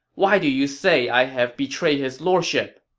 why do you say i have betrayed his lordship?